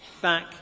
back